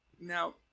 now